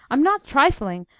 i'm not trifling.